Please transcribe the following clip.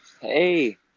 Hey